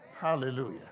Hallelujah